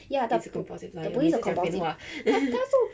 ya the b~ the bully is a compulsive 他他 so